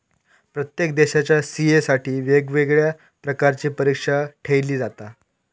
प्रत्येक देशाच्या सी.ए साठी वेगवेगळ्या प्रकारची परीक्षा ठेयली जाता